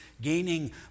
gaining